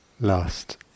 Last